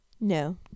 No